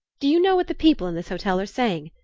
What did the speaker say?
do you know what the people in this hotel are saying?